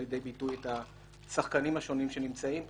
לידי ביטוי את השחקנים השונים שנמצאים פה,